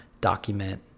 document